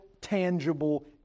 tangible